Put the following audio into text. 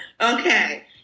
okay